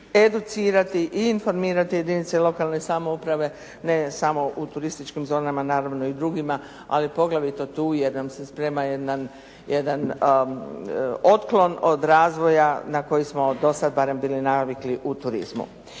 educirati i informirati jedinice lokalne samouprave, ne samo u turističkim zonama, naravno i drugima, ali poglavito tu jer nam se sprema jedan otklon od razvoja na koji smo do sada barem bili navikli u turizmu.